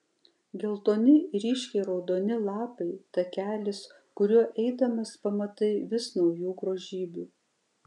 geltoni ir ryškiai raudoni lapai takelis kuriuo eidamas pamatai vis naujų grožybių